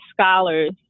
scholars